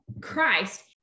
Christ